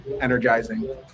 energizing